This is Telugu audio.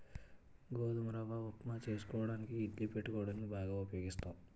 గోధుమ రవ్వ ఉప్మా చేసుకోవడానికి ఇడ్లీ పెట్టుకోవడానికి బాగా ఉపయోగిస్తాం